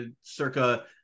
circa